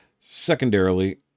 Secondarily